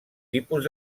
tipus